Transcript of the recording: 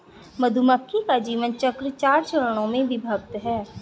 मधुमक्खी का जीवन चक्र चार चरणों में विभक्त है